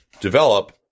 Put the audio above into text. develop